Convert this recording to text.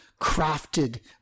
crafted